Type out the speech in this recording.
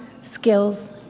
skills